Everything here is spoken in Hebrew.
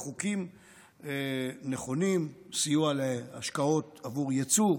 חוקים נכונים: סיוע להשקעות עבור יצוא,